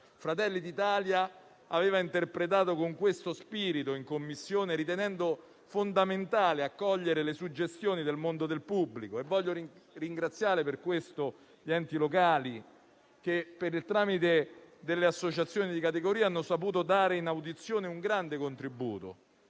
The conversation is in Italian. Fratelli d'Italia l'aveva interpretata con questo spirito in Commissione, ritenendo fondamentale accogliere le suggestioni del mondo del pubblico, e voglio ringraziare per questo gli enti locali che, per il tramite delle associazioni di categoria, hanno saputo dare in audizione un grande contributo.